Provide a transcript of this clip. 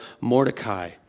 Mordecai